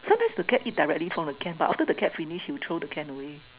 so this the cat eat directly from the can but after the cat finish he will throw the can away